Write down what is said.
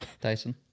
Tyson